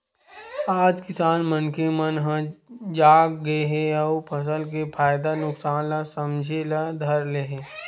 आज किसान मनखे मन ह जाग गे हे अउ फसल के फायदा नुकसान ल समझे ल धर ले हे